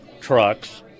trucks